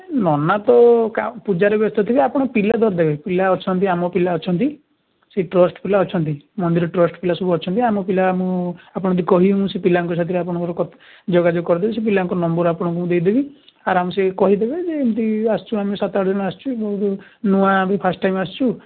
ହେ ନନା ତ ପୂଜାରେ ବ୍ୟସ୍ତଥିବେ ଆପଣ ପିଲା ଧରିଦେବେ ପିଲା ଅଛନ୍ତି ଆମ ପିଲା ଅଛନ୍ତି ସେ ଟ୍ରଷ୍ଟ ପିଲା ଅଛନ୍ତି ମନ୍ଦିର ଟ୍ରଷ୍ଟ ପିଲା ସବୁ ଅଛନ୍ତି ଆମ ପିଲା ମୁଁ ଆପଣ ଯଦି କହିବେ ସେ ପିଲାଙ୍କ ସାଥିରେ ଆପଣଙ୍କର କଥା ଯୋଗାଯୋଗ କରିଦେବି ସେ ପିଲାଙ୍କ ନମ୍ବର ଆପଣଙ୍କୁ ଦେଇଦେବି ଆରାମସେ କହିଦେବେ ଯେ ଏମିତି ଆସିଛୁ ଆମେ ସାତ ଆଠ ଜଣ ଆସିଛୁ ମୁଁ ବି ନୂଆଁ ବି ଫାର୍ଷ୍ଟ ଟାଇମ୍ ଆସିଛୁ